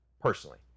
personally